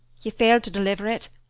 you failed to deliver it,